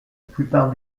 plupart